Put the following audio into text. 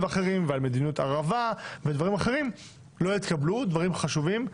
ואחרים ועל דברים אחרים שלא התקבלו דברים חשובים.